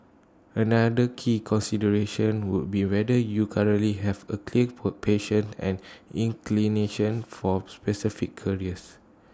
another key consideration would be whether you currently have A clear passion and inclination for specific careers